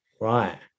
Right